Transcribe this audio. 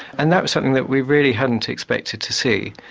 and that was something that we really hadn't expected to see.